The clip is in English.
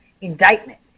indictment